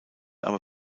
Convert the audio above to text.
aber